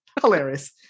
Hilarious